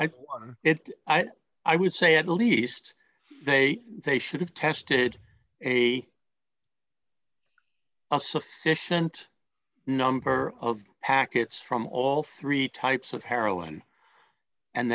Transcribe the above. wouldn't it i would say at least they they should have tested a sufficient number of packets from all three types of heroin and